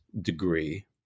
degree